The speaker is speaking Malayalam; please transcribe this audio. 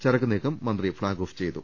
ചരക്കു നീക്കം മന്ത്രി ഫ്ളാഗ് ഓഫ് ചെയ്തു